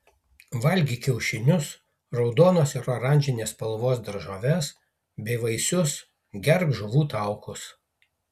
valgyk kiaušinius raudonos ir oranžinės spalvos daržoves bei vaisius gerk žuvų taukus